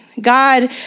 God